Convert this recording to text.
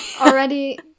Already